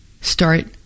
start